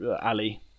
ali